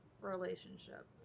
relationship